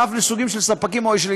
ואף לסוגים של ספקים או של עסקאות.